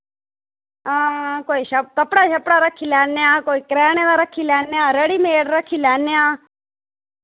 हां कोई शप कपड़ा शपड़ा रक्खी लैन्ने आं कोई करैणे दा रक्खी लैन्आं रेडीमेड रक्खी लैन्ने आं